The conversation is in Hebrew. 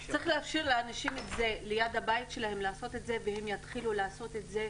צריך לאפשר לאנשים לעשות את זה ליד הבית שלהם והם יתחילו לעשות את זה,